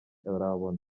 arabona